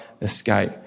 escape